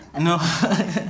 No